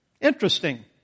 Interesting